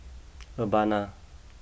Urbana